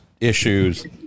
issues